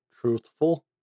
truthful